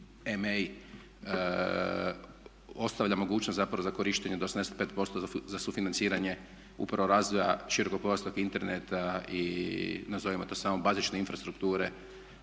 ostavlja mogućnost zapravo za korištenje do 85% za sufinanciranje upravo razvoja širokopojasnog interneta i nazovimo to samo bazične infrastrukture